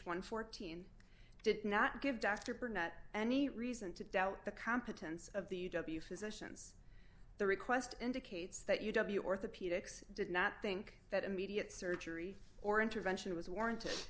and fourteen did not give dr burnett any reason to doubt the competence of the u w physicians the request indicates that you w orthopedics did not think that immediate surgery or intervention was warranted